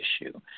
issue